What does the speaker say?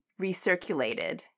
recirculated